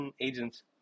agents